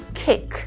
kick 。